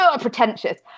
pretentious